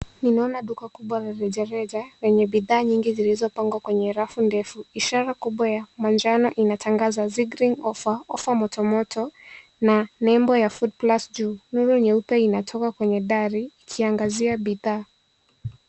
Ninaona duka kubwa la rejareja lenye bidhaa nyingi zilizopangwa kwenye rafu ndefu ishara kubwa ya manjano inatangaza signaling offer moto moto na nembo ya foodplus juu nuru inatoka kwenye dari ikiangazia bidhaa.